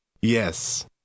Yes